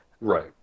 Right